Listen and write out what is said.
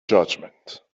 judgment